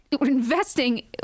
investing